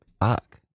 Fuck